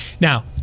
Now